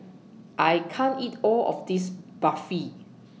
I can't eat All of This Barfi